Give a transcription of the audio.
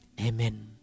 Amen